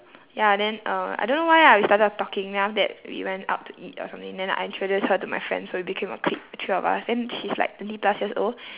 ya then uh I don't know why ah we started talking then after that we went out to eat or something then I introduce her to my friend so we became a clique the three of us then she's like twenty plus years old